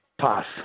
Pass